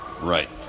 right